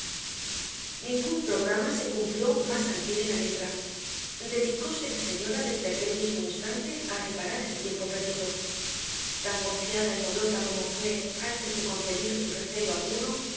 ningún programa se cumplió más al pié de la letra dedicóse la señora desde aquel mismo instante á reparar el tiempo perdido tan confiada y noblota como fué antes de concebir recelo alguno